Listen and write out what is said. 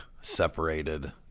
separated